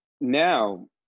now